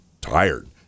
tired